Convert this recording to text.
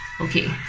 okay